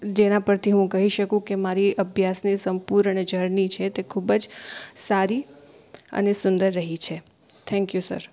જેના પરથી હું કહી શકું કે મારી અભ્યાસની સંપૂર્ણ જર્ની છે તે ખૂબ જ સારી અને સુંદર રહી છે